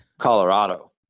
Colorado